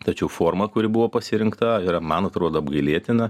tačiau forma kuri buvo pasirinkta yra man atrodo apgailėtina